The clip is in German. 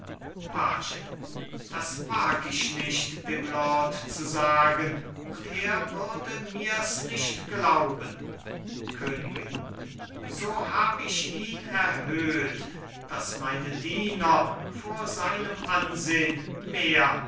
page das wag ich nicht dem lord zu sagen und er würde mir's nicht glauben königin so hab ich ihn erhöht daß meine diener vor seinem ansehn mehr